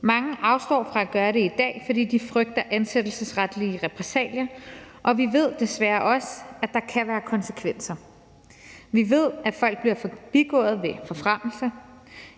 Mange afstår fra at gøre det i dag, fordi de frygter ansættelsesretlige repressalier, og vi ved desværre også, at der kan være konsekvenser. Vi ved, at folk bliver forbigået ved forfremmelse,